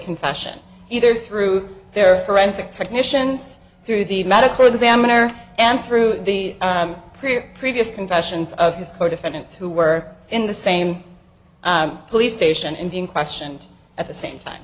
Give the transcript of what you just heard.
confession either through their forensic technicians through the medical examiner and through the career previous confessions of his co defendants who were in the same police station and being questioned at the same time